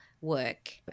work